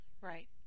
Right